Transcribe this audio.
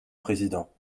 président